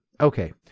Okay